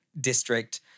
district